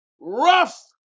rough